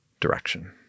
direction